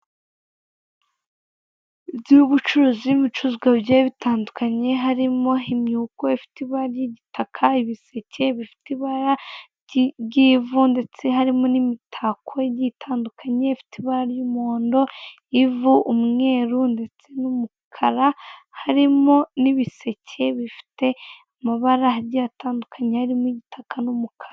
Inzu y'ubucuruzi irimo ibicuruzwa bigiye bitandukanye, harimo imyuko ifite ibara ry'igitaka, ibiseke bifite ibara ry'ivu ndetse harimo n'imitako igiye itandukanye ifite ibara ry'umuhondo, ivu, umweru ndetse n'umukara, harimo n'ibiseke bifite amabara agiye atandukanye harimo igitaka n'umukara.